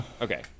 Okay